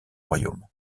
royaume